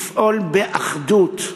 לפעול באחדות,